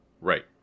right